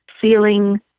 feeling